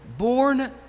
born